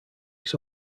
its